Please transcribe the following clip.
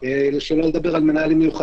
לא נותן לך איזשהו רף מקצועי מינימלי נדרש.